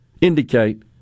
indicate